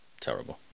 Terrible